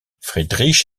friedrich